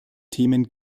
themen